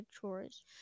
chores